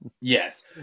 Yes